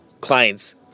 clients